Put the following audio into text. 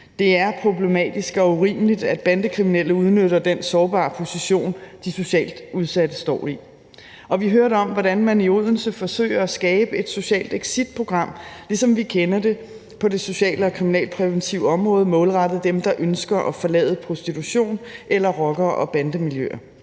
Det er problematisk og urimeligt, at bandekriminelle udnytter den sårbare position, de socialt udsatte står i. Vi hørte om, hvordan man i Odense forsøger at skabe et socialt exitprogram, ligesom vi kender det på det sociale og kriminalpræventive område målrettet dem, der ønsker at forlade prostitution eller rocker- og bandemiljøer.